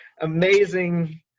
amazing